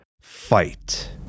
fight